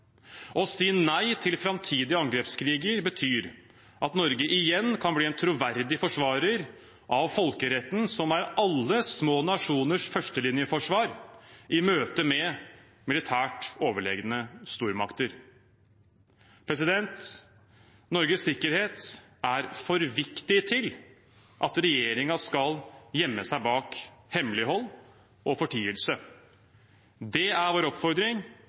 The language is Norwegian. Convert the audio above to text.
Å si nei til framtidige angrepskriger betyr at Norge igjen kan bli en troverdig forsvarer av folkeretten, som er alle små nasjoners førstelinjeforsvar i møte med militært overlegne stormakter. Norges sikkerhet er for viktig til at regjeringen skal gjemme seg bak hemmelighold og fortielse. Det er vår oppfordring.